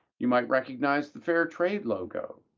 you might recognize the fairtrade logo.